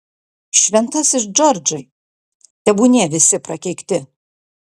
šventasis džordžai tebūnie visi prakeikti